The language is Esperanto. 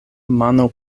mano